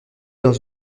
dans